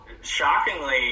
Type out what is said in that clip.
shockingly